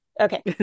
Okay